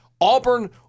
Auburn